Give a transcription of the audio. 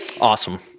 Awesome